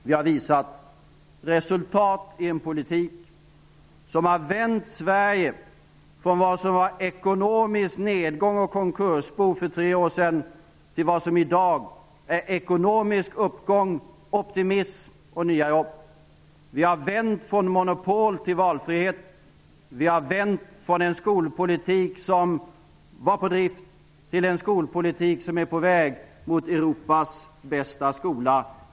Vi har visat resultat i en politik som har vänt Sverige från vad som var ekonomisk nedgång och konkursbo för tre år sedan till vad som i dag är ekonomisk uppgång, optimism och nya jobb. Vi har vänt från monopol till valfrihet. Vi har vänt från en skolpolitik som var på drift till en skolpolitik som är på väg mot Europas bästa skola.